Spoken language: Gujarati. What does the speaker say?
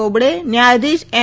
બોબડે ન્યાયધીશ એન